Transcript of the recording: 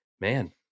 man